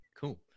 Cool